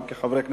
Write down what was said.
גם חברי כנסת,